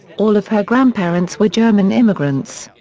all of her grandparents were german immigrants.